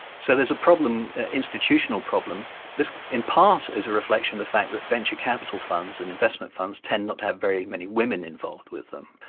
so there's a problem, and institutional problem. this in part is a reflection of the fact that venture capital funds and investment funds tend not to have very many women involved with them.